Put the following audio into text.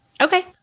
Okay